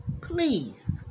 please